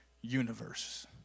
universe